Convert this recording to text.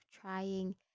trying